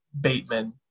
Bateman